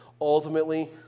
ultimately